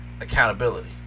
accountability